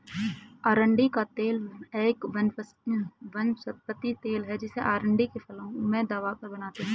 अरंडी का तेल एक वनस्पति तेल है जिसे अरंडी की फलियों को दबाकर बनाते है